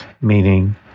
meaning